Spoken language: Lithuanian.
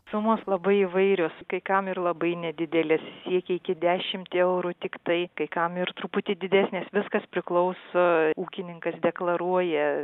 sumos labai įvairios kai kam ir labai nedidelės siekia iki dešimt eurų tiktai kai kam ir truputį didesnės viskas priklauso ūkininkas deklaruoja